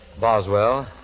Boswell